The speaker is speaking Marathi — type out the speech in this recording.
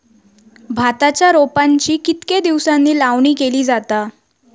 भाताच्या रोपांची कितके दिसांनी लावणी केली जाता?